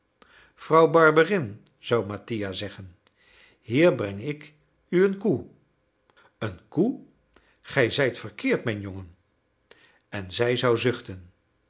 vrouw barberin zou mattia zeggen hier breng ik u een koe een koe gij zijt verkeerd mijn jongen en zij zou zuchten